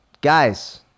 Guys